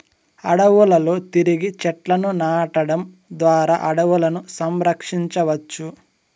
అడవులలో తిరిగి చెట్లను నాటడం ద్వారా అడవులను సంరక్షించవచ్చు